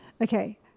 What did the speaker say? Okay